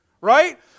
Right